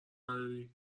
نداری